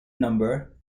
number